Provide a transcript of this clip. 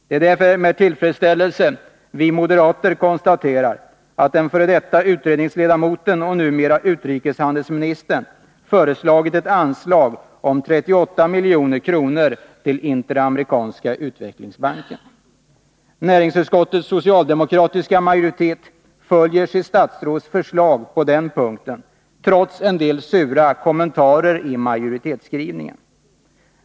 Det är därför med tillfredsställelse vi moderater konstaterar att den f. d. utredningsledamoten och numera utrikeshandelsministern föreslagit ett anslag om 38 milj.kr. till Interamerikanska utvecklingsbanken. Näringsutskottets socialdemokratiska majoritet följer sitt statsråds förslag på den punkten, trots en del sura kommentarer i majoritetsskrivningen.